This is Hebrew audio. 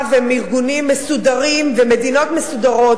הם ארגונים מסודרים ומדינות מסודרות.